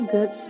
Good